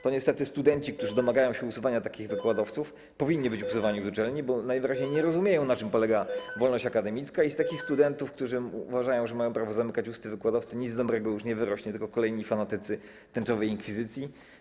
To niestety studenci, którzy domagają się usuwania takich wykładowców, powinni być usuwani z uczelni, bo najwyraźniej nie rozumieją, na czym polega wolność akademicka, i z takich studentów, którzy uważają, że mają prawo zamykać usta wykładowcy, nic dobrego już nie wyrośnie, wyrosną tylko kolejni fanatycy tęczowej inkwizycji.